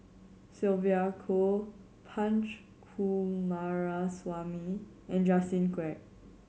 Sylvia Kho Punch Coomaraswamy and Justin Quek